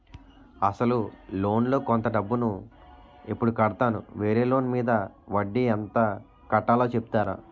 అసలు లోన్ లో కొంత డబ్బు ను ఎప్పుడు కడతాను? వేరే లోన్ మీద వడ్డీ ఎంత కట్తలో చెప్తారా?